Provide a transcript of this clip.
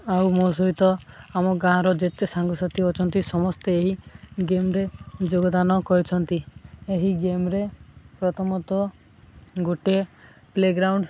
ଆଉ ମୋ ସହିତ ଆମ ଗାଁର ଯେତେ ସାଙ୍ଗସାଥି ଅଛନ୍ତି ସମସ୍ତେ ଏହି ଗେମ୍ରେ ଯୋଗଦାନ କରିଛନ୍ତି ଏହି ଗେମ୍ରେ ପ୍ରଥମତଃ ଗୋଟିଏ ପ୍ଲେଗ୍ରାଉଣ୍ଡ